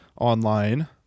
online